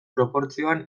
proportzioan